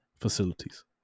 facilities